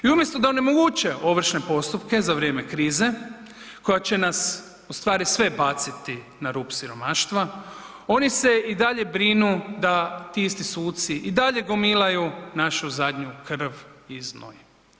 I umjesto da onemoguće ovršne postupke za vrijeme krize koja će nas u stvari sve baciti na rub siromaštva, oni se i dalje brinu da ti isti suci i dalje gomilaju našu zadnju krv i znoj.